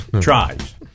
Tries